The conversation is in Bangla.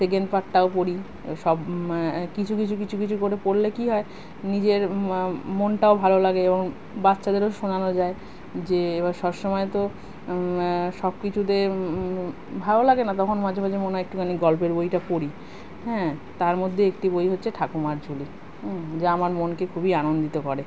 সেকেন্ড পার্টটাও পড়ি সব কিছু কিছু কিছু কিছু করে পড়লে কী হয় নিজের মনটাও ভালো লাগে এবং বাচ্চাদেরও শোনানো যায় যে এবার সব সময় তো সব কিছুতে ভালো লাগে না তখন মাঝে মাঝে মনে হয় একটুখানি গল্পের বইটা পড়ি হ্যাঁ তার মধ্যে একটি বই হচ্ছে ঠাকুরমার ঝুলি যা আমার মনকে খুবই আনন্দিত করে